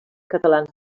catalans